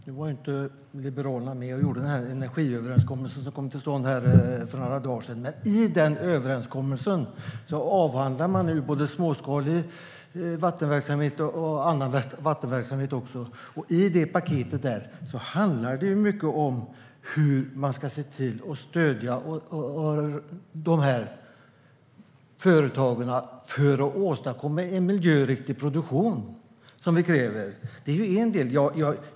Herr talman! Liberalerna var inte med och gjorde den energiöverenskommelse som kom till stånd för några dagar sedan, men i den överenskommelsen avhandlar man både småskalig vattenverksamhet och annan vattenverksamhet. I det paketet handlar det mycket om hur man ska se till att stödja de här företagen för att de ska åstadkomma en miljöriktig produktion, som vi kräver. Det är en del.